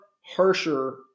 harsher